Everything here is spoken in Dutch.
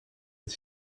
met